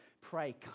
pray